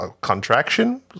contraction